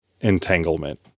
entanglement